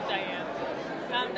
Diane